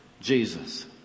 Jesus